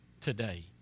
today